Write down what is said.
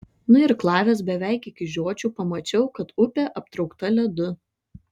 nuirklavęs beveik iki žiočių pamačiau kad upė aptraukta ledu